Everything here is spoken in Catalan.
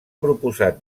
proposat